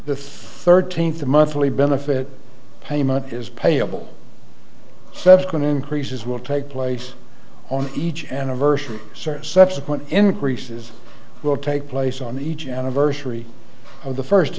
the thirteenth the monthly benefit payment is payable seven increases will take place on each anniversary service subsequent increases will take place on each anniversary of the first